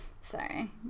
Sorry